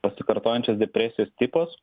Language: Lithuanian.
pasikartojančios depresijos tipas